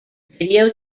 video